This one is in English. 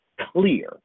clear